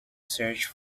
search